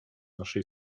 naszej